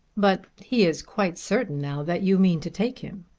but he is quite certain now that you mean to take him.